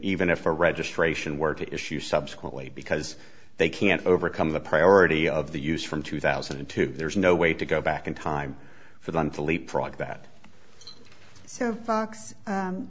even if the registration were to issue subsequently because they can't overcome the priority of the use from two thousand and two there's no way to go back in time for them to leapfrog that s